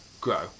grow